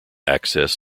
access